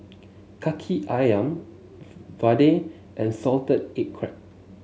Kaki ayam Vadai and Salted Egg Crab